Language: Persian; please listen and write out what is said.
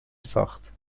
ساخت